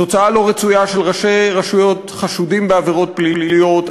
תוצאה לא רצויה של ראשי רשויות חשודים בעבירות פליליות,